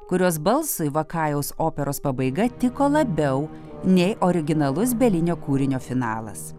kurios balsui vakajaus operos pabaiga tiko labiau nei originalus belinio kūrinio finalas